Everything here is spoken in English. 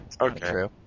Okay